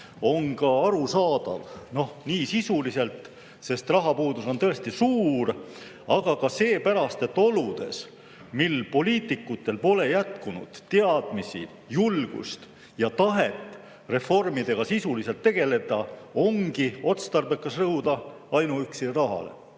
on arusaadav – nii sisuliselt, sest rahapuudus on tõesti suur, aga ka seepärast, et oludes, kus poliitikutel pole jätkunud teadmisi, julgust ja tahet reformidega sisuliselt tegeleda, ongi otstarbekas rõhuda ainuüksi rahale.